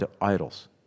idols